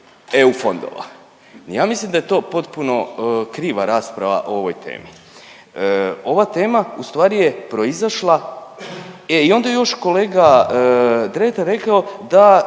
eu fondova. Ja mislim da je to potpuno kriva rasprava o ovoj temi. Ova tema ustvari je proizašla, e onda je još kolega Dretar rekao da